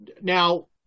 Now